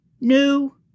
New